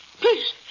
Please